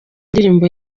indirimbo